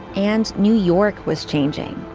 and new york was changing.